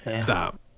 Stop